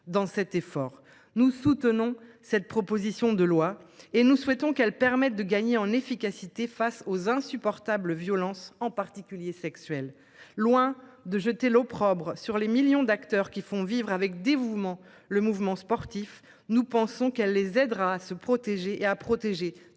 dans cet effort. Nous soutenons cette proposition de loi et nous souhaitons qu'elle permette de gagner en efficacité face aux insupportable violence en particulier sexuelle loin de jeter l'opprobre sur les millions d'acteurs qui font vivre avec dévouement, le mouvement sportif. Nous pensons qu'elle les aidera à se protéger et à protéger